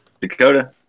Dakota